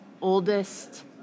oldest